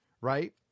Right